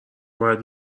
باید